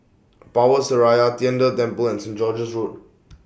Power Seraya Tian De Temple and Saint George's Road